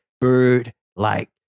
bird-like